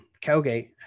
Cowgate